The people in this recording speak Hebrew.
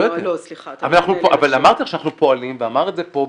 סליחה --- אבל אמרתי לך שאנחנו פועלים ואמר את זה פה,